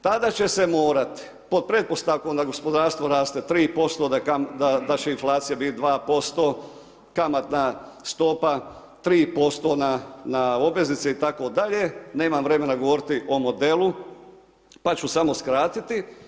Tada će se morati pod pretpostavkom da gospodarstvo raste 3%, da će inflacija biti 2%, kamatna stopa 3% na obveznice itd., nemam vremena govoriti o modelu pa ću samo skratiti.